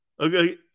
Okay